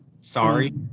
Sorry